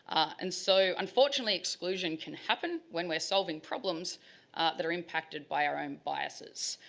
and so unfortunately, exclusion can happen when we are solving problems that are impacted by our own biases.